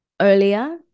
earlier